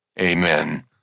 Amen